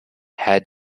had